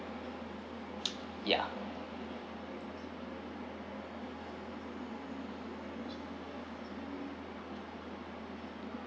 yeah